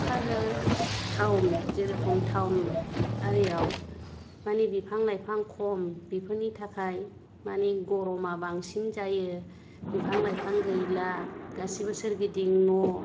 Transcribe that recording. Kokrajhar town जेरोखोम town आरिआव माने बिफां लाइफां खम बेफोरनि थाखाय मानि गरमा बांसिन जायो बिफां लाइफां गैला गासिबो सोरगिदिं न'